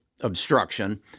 obstruction